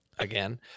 again